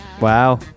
Wow